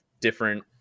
different